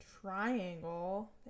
Triangle